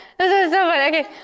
okay